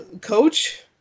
coach